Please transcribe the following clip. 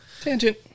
tangent